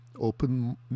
Open